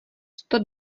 sto